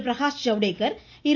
பிரகாஷ் ஜவ்டேகர் இர்